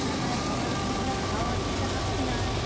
চাকায় হাওয়া ঠিক ঠাক হাওয়া ঠিক ঠাক আছে কি না